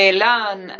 Elan